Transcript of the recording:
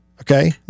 Okay